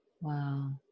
wow